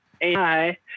AI